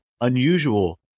unusual